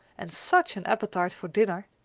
and such an appetite for dinner!